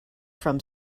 from